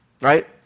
Right